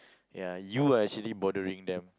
ya you are actually bothering them